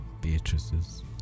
Beatrice's